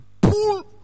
pull